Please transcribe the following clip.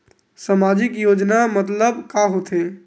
सामजिक योजना मतलब का होथे?